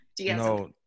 No